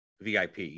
VIP